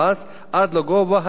עד לגובה התקרה,